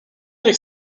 avec